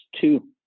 two